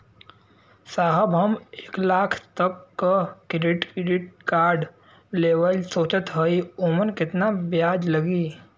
साहब हम एक लाख तक क क्रेडिट कार्ड लेवल सोचत हई ओमन ब्याज कितना लागि?